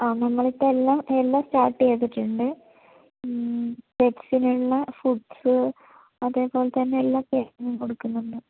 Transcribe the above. ആ നമ്മളിപ്പോള് എല്ലാം എല്ലാം സ്റ്റാർട്ടെയ്തിട്ടുണ്ട് പെറ്റ്സിനുള്ള ഫൂഡ്സ് അതേപോലെ തന്നെ എല്ലാ ട്രീറ്റ്മെൻറ്റും കൊടുക്കുന്നുണ്ട്